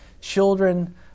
children